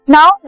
Now